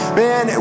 man